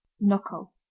knuckle